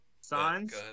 signs